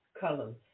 Colors